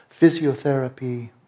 physiotherapy